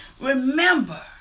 Remember